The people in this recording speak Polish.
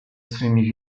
swymi